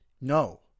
no